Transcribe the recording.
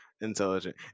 intelligent